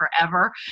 forever